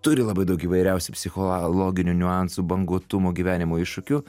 turi labai daug įvairiausių psichologinių niuansų banguotumo gyvenimo iššūkių